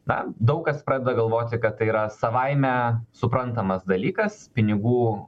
na daug kas pradeda galvoti kad tai yra savaime suprantamas dalykas pinigų